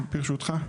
ברשותך.